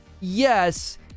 Yes